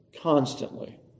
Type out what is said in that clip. constantly